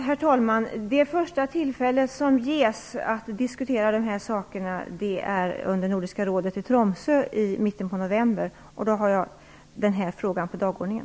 Herr talman! Det första tillfälle som ges att diskutera dessa frågor är Nordiska rådets möte i Tromsö i mitten av november. Då kommer jag att ha den här frågan på dagordningen.